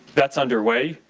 that's underway.